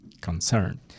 concern